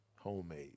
Homemade